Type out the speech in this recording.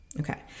Okay